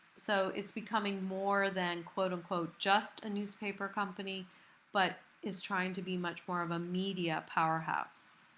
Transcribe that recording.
so it's becoming more than quote unquote just a newspaper company but is trying to be much more of a media powerhouse.